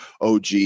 OG